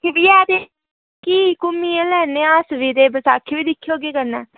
क्युंकि ऐ ते की घुम्मियै लैन्ने आं अस बी ते कन्नै बसाखी बी दिक्खी औह्गे कन्नै